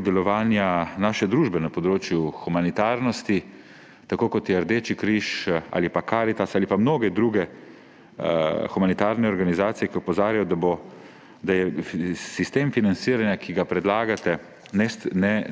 delovanja naše družbe na področju humanitarnosti. Tako kot je Rdeči križ, ali pa Karitas, ali pa mnoge druge humanitarne organizacije, ki opozarjajo, da je sistem financiranja, ki ga predlagate,